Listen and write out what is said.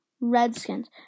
Redskins